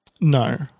No